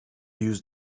use